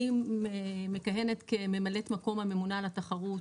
אני מכהנת כממלאת מקום הממונה על התחרות